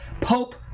Pope